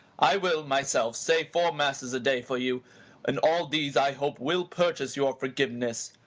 i will, my self, say four masses a-day for you and all these, i hope, will purchase your forgiveness,